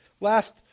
Last